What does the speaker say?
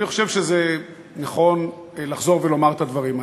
אני חושב שנכון לחזור ולומר את הדברים האלה.